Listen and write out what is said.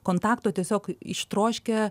kontakto tiesiog ištroškę